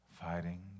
fighting